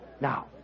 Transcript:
Now